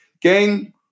Gang